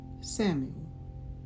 Samuel